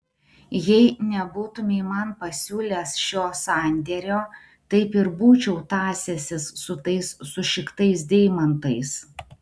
jei nebūtumei man pasiūlęs šio sandėrio taip ir būčiau tąsęsis su tais sušiktais deimantais